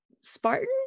Spartan